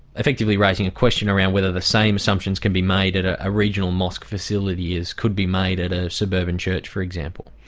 effectively raising a question around whether the same assumptions can be made at a regional mosque facility as could be made at a suburban church, for example.